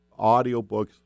audiobooks